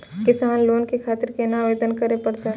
किसान लोन के खातिर केना आवेदन करें परतें?